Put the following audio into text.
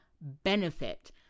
benefit